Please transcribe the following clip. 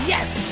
Yes